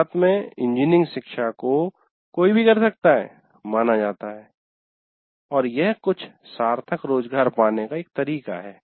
भारत में इंजीनियरिंग शिक्षा को कोई भी कर सकता है माना जाता है और यह कुछ सार्थक रोजगार पाने का एक तरीका है